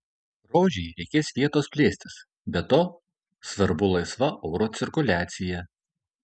rožei reikės vietos plėstis be to svarbu laisva oro cirkuliacija